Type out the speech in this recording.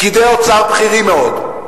פקידי אוצר בכירים מאוד.